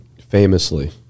famously